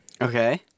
Okay